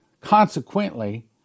Consequently